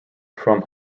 from